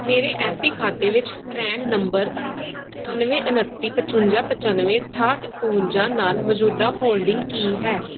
ਮੇਰੇ ਐਪੀ ਖਾਤੇ ਵਿੱਚ ਪਰੈਨ ਨੰਬਰ ਬਾਨਵੇਂ ਉਣੱਤੀ ਪਚਵੰਜਾ ਪਚਾਨਵੇਂ ਅਠਾਹਠ ਇਕਵੰਜਾ ਨਾਲ ਮੌਜੂਦਾ ਹੋਲਡਿੰਗ ਕੀ ਹੈ